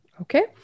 Okay